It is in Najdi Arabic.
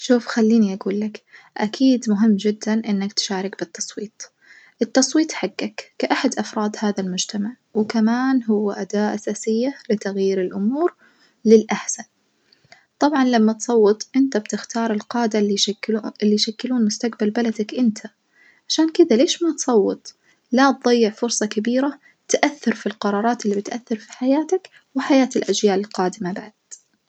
شوف خليني أجولك أكيد مهم جدًا إنك تشارك بالتصويت، التصويت حجك كأحد أفراد هذا المجتمع وكمان هو أداة أساسية لتغيير الامور للأحسن، طبعًا لما تصوت إنت بتختار القادة اللي يشكلو اللي يشكلون مستجبل بلدك إنت، عشان كدة ليش ما توصت لا تظيع فرصة كبيرة تأثر في القرارات اللي بتأثر في حياتك وحياة الأجيال القادمة بعد.